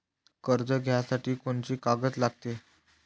कर्ज घ्यासाठी कोनची कागद लागते?